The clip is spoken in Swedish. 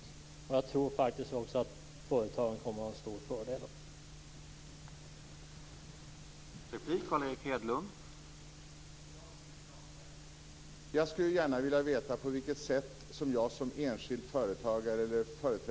Och jag tror faktiskt också att företagen kommer att ha en stor fördel av det.